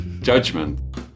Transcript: judgment